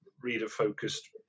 reader-focused